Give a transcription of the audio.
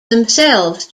themselves